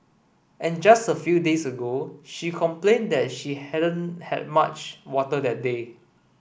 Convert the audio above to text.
and just a few days ago she complained that she hadn't had much water that day